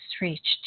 reached